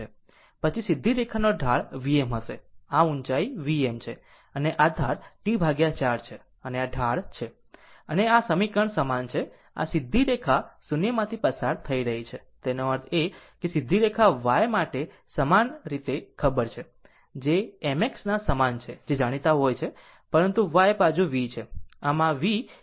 પછી સીધી રેખાનો ઢાળ Vm હશે આ ઊચાઇ Vm છે અને આધાર T 4 છે અને આ ઢાળ છે અને તે આ સમીકરણ સમાન છે આ સીધી રેખા શૂન્યમાંથી પસાર થઈ રહી છે એનો અર્થ એ કે સીધી રેખા y માટે સામાન્ય રીતે ખબર છે એ m x ના સમાન છે જે જાણતા હોય છે પરંતુ y બાજુ v છે